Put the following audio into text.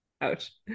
Ouch